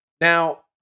Now